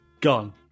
Gone